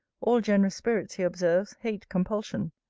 all generous spirits, he observes, hate compulsion.